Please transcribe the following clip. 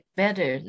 better